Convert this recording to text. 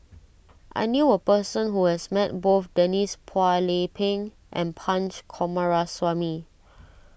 I knew a person who has met both Denise Phua Lay Peng and Punch Coomaraswamy